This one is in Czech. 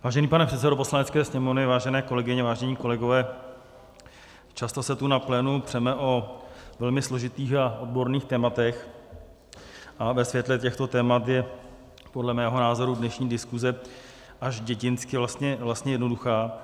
Vážený pane předsedo Poslanecké sněmovny, vážené kolegyně, vážení kolegové, často se tu na plénu přeme o velmi složitých a odborných tématech a ve světle těchto témat je podle mého názoru dnešní diskuse až dětinsky vlastně jednoduchá.